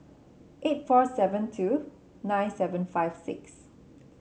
eight four seven two nine seven five six